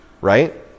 right